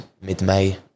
mid-May